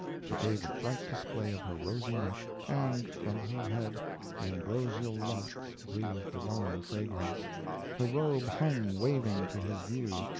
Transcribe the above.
she gave a bright display of her rosy neck, and from her head the ambrosial locks breathed divine fragrance her robe hung waving to his view,